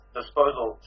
disposal